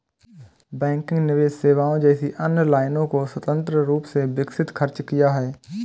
banking निवेश सेवाओं जैसी अन्य लाइनों को स्वतंत्र रूप से विकसित खर्च किया है